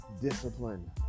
discipline